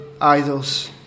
idols